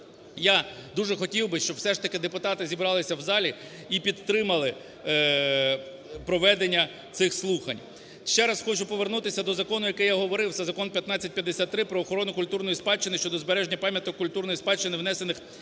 Я дуже хотів би, щоб все ж таки депутати зібралися в залі і підтримали проведення цих слухань. Ще раз хочу повернутися до закону, який я говорив, це Закон (1553) "Про охорону культурної спадщини" (щодо збереження пам'яток культурної спадщини, внесених до